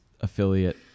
affiliate